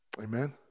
Amen